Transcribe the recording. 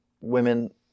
women